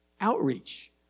Outreach